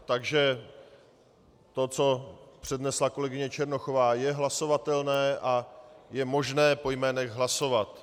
Takže to, co přednesla kolegyně Černochová, je hlasovatelné a je možné po jménech hlasovat.